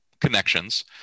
connections